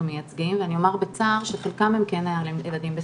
מייצגים ואני אומר בצער שחלקם הם כן ילדים בסיכון.